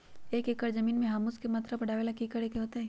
एक एकड़ जमीन में ह्यूमस के मात्रा बढ़ावे ला की करे के होतई?